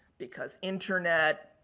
because internet,